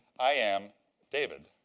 i am david.